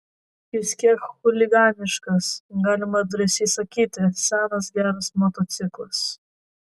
jis kiek chuliganiškas galima drąsiai sakyti senas geras motociklas